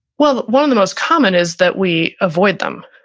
well, one of the most common is that we avoid them,